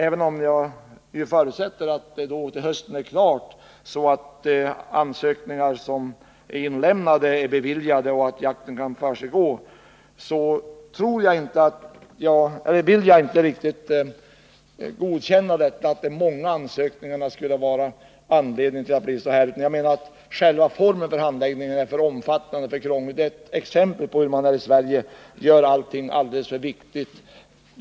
Även om jag förutsätter att de ansökningar som har lämnats in är beviljade till hösten, så att jakten då kan komma till stånd, vill jag inte hålla med om att de många ansökningarna är anledningen till att det blivit så här. Själva formen för handläggningen är för omfattande och krånglig. Det är ett exempel på hur mani Sverige gör allting alldeles för viktigt.